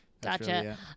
Gotcha